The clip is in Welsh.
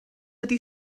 ydy